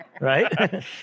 right